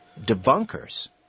debunkers